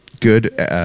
Good